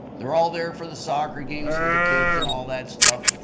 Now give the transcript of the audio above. they're all there for the soccer games for the kids and all that stuff.